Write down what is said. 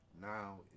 Now